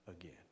again